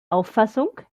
auffassung